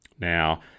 Now